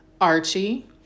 archie